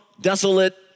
desolate